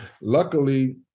luckily